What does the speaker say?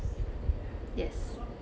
yes